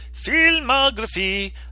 filmography